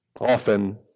Often